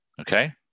Okay